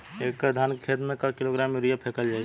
एक एकड़ धान के खेत में क किलोग्राम यूरिया फैकल जाई?